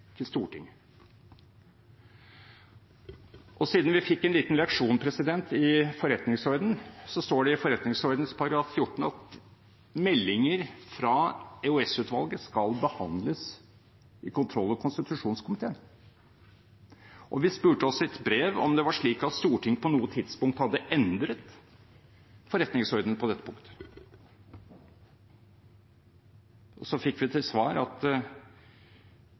til Stortinget. Siden vi fikk en liten leksjon i forretningsordenen: Det står i forretningsordenens § 14 at meldinger fra EOS-utvalget skal behandles i kontroll- og konstitusjonskomiteen. Vi spurte også i et brev om det var slik at Stortinget på noe tidspunkt hadde endret forretningsordenen på dette punktet. Vi fikk til svar at